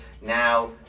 Now